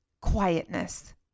quietness